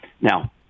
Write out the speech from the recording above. Now